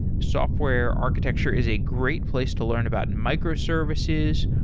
software architecture is a great place to learn about and microservices,